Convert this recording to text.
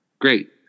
Great